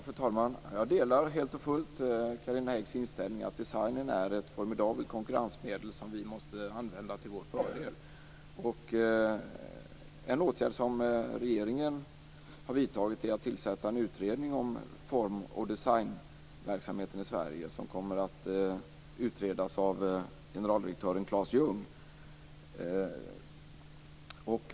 Fru talman! Jag delar helt och fullt Carina Häggs inställning att design är ett formidabelt konkurrensmedel som vi måste använda till vår fördel. En åtgärd som regeringen har vidtagit är att tillsätta en utredning om form och designverksamheten i Sverige. Generaldirektör Claes Ljung har tillsatts som utredare.